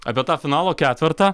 apie tą finalo ketvertą